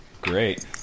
Great